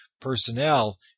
personnel